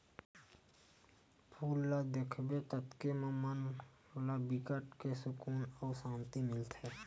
फूल ल देखबे ततके म मन ला बिकट के सुकुन अउ सांति मिलथे